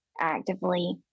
actively